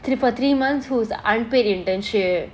three for three months whose unpaid internship